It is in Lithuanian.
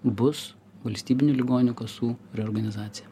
bus valstybinių ligonių kasų reorganizacija